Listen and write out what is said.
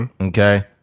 Okay